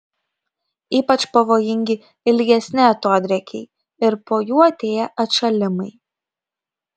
ypač pavojingi ilgesni atodrėkiai ir po jų atėję atšalimai